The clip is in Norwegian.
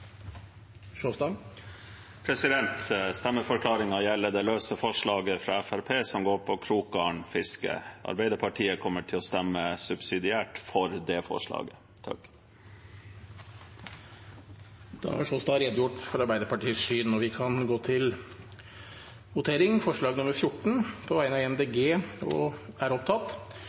gjelder forslag nr. 13, fra Fremskrittspartiet som går på krokgarnfiske. Arbeiderpartiet kommer til å stemme subsidiært for det forslaget. Da har representanten Sjåstad redegjort for Arbeiderpartiets syn. Det voteres over forslag nr. 14, fra Miljøpartiet De Grønne. Forslaget lyder: «Stortinget ber regjeringen utrede og